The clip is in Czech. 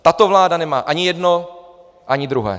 Tato vláda nemá ani jedno, ani druhé.